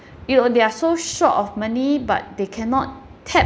you know they are so short of money but they cannot tap